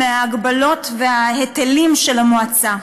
מההגבלות וההיטלים של המועצה.